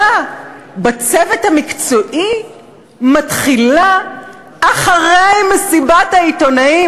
בצוות המקצועי מתחילה אחרי מסיבת העיתונאים.